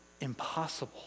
impossible